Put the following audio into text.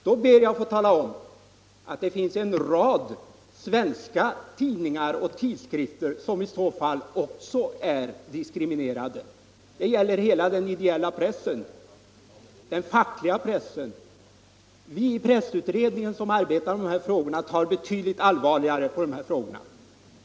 Jag ber att få tala om att det finns en rad svenska tidningar och tidskrifter, som i så fall också är diskriminerade. Det gäller hela den ideella pressen, bl.a. den fackliga. Vi som arbetar i pressutredningen med dessa frågor tar betydligt allvarligare på dem.